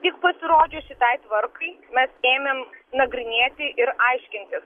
tik pasirodžius šitai tvarkai mes ėmėm nagrinėti ir aiškintis